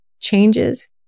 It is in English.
changes